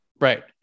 right